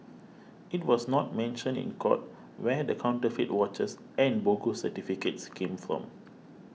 it was not mentioned in court where the counterfeit watches and bogus certificates came from